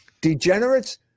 degenerates